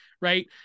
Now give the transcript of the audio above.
right